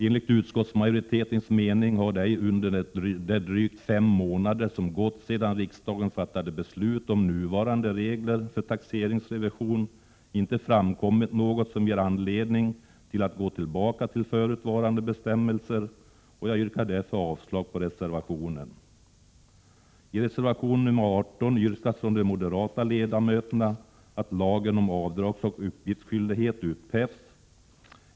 Enligt utskottsmajoritetens mening har det under de drygt fem månader som gått sedan riksdagen fattade beslut om nuvarande regler för taxeringsrevision inte framkommit något som ger anledning till att gå tillbaka till förutvarande bestämmelser. Jag yrkar därför avslag på reservationen. I reservation nr 18 yrkas från de moderata ledamöterna att lagen om avdragsoch uppgiftsskyldighet upphävs.